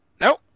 Nope